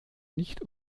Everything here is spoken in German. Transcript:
nicht